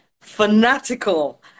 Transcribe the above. fanatical